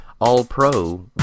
All-Pro